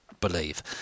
believe